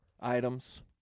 items